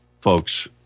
folks